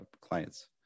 clients